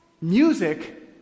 Music